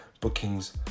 bookings